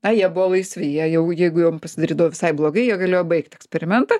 na jie buvo laisvi jie jau jeigu jiem pasidarydavo visai blogai jie galėjo baigt eksperimentą